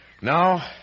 Now